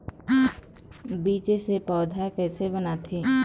बीज से पौधा कैसे बनथे?